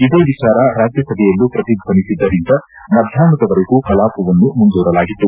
ಇದೇ ವಿಚಾರ ರಾಜ್ಯಸಭೆಯಲ್ಲೂ ಪ್ರತಿಧ್ವನಿಸಿದ್ದರಿಂದ ಮಧ್ಯಾಷ್ನದವರೆಗೂ ಕಲಾಪವನ್ನು ಮುಂದೂಡಲಾಗಿತ್ತು